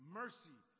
mercy